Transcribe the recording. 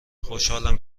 خوشحالم